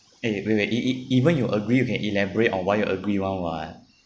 eh wait wait wait e~ e~ even you agree you can elaborate on what you agree [one] [what]